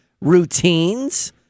routines